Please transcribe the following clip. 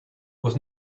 was